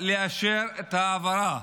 לאשר את ההעברה